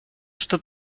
что